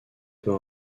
peu